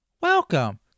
Welcome